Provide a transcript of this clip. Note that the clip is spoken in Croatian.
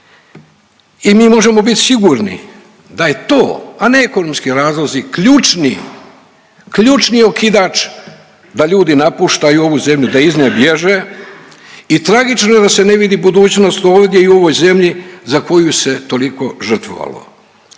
i mi možemo biti sigurni da je to, a ne ekonomski razlozi ključni, ključni okidač da ljudi napuštaju ovu zemlju, da iz nje bježe i tragično je da se ne vidi budućnost ovdje i u ovoj zemlji za koju se toliko žrtvovalo.